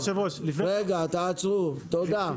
תעצרו, תודה.